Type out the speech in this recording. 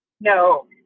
No